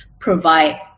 provide